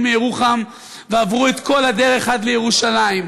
מירוחם ועברו את כל הדרך עד לירושלים,